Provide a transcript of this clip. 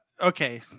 Okay